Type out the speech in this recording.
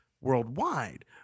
worldwide